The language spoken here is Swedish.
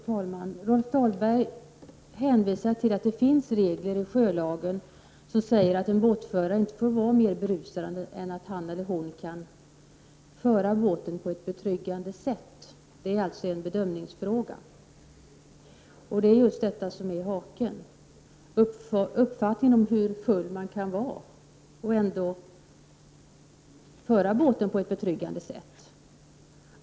Fru talman! Rolf Dahlberg hänvisar till att det finns regler i sjölagen som stadgar att en båtförare inte får vara mer berusad än att han kan föra båten på ett betryggande sätt. Det är alltså en bedömningsfråga. Det är just detta som är haken, alltså uppfattningen om hur full man kan vara och ändå föra båten på ett betryggande sätt.